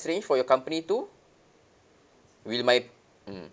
range for your company too will my mm